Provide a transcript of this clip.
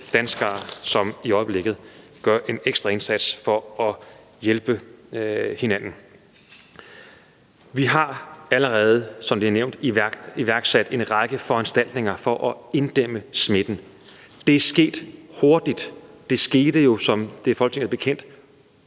danskere, som i øjeblikket gør en ekstra indsats for at hjælpe hinanden. Vi har allerede, som det er nævnt, iværksat en række foranstaltninger for at inddæmme smitten. Det er sket hurtigt. Det skete jo, som det er Folketinget bekendt,